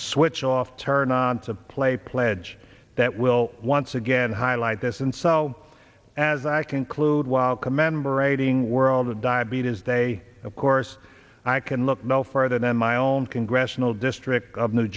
switch off turn on to play pledge that will once again highlight this and so as i conclude while commemorating world diabetes day of course i can look no further than my own congressional district of new